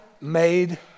made